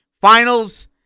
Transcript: Finals